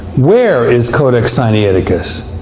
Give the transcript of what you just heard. where is codex sinaiticus?